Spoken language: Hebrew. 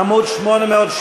עמוד 880,